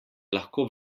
lahko